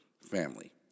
family